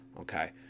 okay